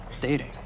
dating